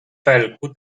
felku